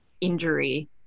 injury